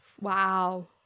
Wow